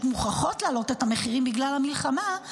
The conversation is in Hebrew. מוכרחות להעלות את המחירים בגלל המלחמה,